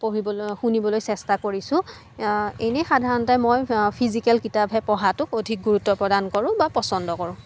পঢ়িবলৈ শুনিবলৈ চেষ্টা কৰিছোঁ এনেই সাধাৰণতে মই ফিজিকেল কিতাপহে পঢ়াটোক অধিক গুৰুত্ব প্ৰদান কৰোঁ বা পছন্দ কৰোঁ